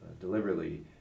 deliberately